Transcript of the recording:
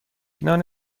نان